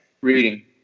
Reading